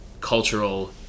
cultural